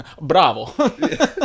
Bravo